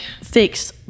fix